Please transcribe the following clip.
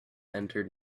entered